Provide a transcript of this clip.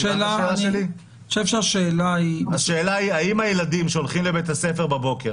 השאלה היא האם הילדים שהולכים לבית הספר בבוקר